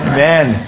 Amen